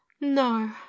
No